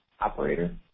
Operator